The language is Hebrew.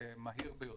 מהיר ביותר.